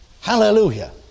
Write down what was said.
hallelujah